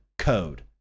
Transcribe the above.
code